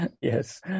Yes